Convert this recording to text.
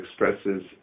expresses